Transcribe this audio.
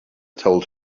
told